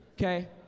okay